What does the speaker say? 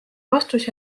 vastus